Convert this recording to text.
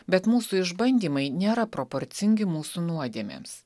bet mūsų išbandymai nėra proporcingi mūsų nuodėmėms